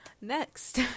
next